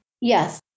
Yes